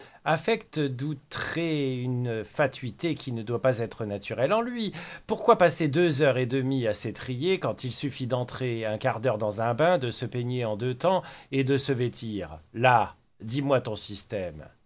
affecte d'outrer une fatuité qui ne doit pas être naturelle en lui pourquoi passer deux heures et demie à s'étriller quand il suffit d'entrer un quart d'heure dans un bain de se peigner en deux temps et de se vêtir là dis-moi ton système